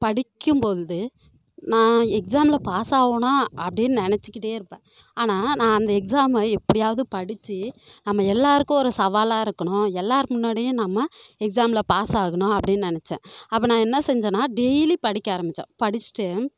படிக்கும்பொழுது நான் எக்ஸாமில் பாஸ் ஆவேனா அப்படின்னு நினைச்சிக்கிட்டே இருப்பேன் ஆனால் நான் அந்த எக்ஸாமை எப்படியாவுது படித்து நம்ம எல்லாேருக்கும் ஒரு சவாலாக இருக்குணும் எல்லாேர் முன்னாடியும் நம்ம எக்ஸாமில் பாஸ் ஆகணும் அப்படின்னு நினைச்சேன் அப்போ நான் என்ன செஞ்சேனால் டெய்லி படிக்க ஆரமித்தேன் படிச்சுட்டு